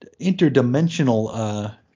interdimensional